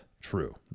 true